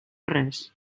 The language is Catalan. res